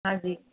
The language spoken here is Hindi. हाँ जी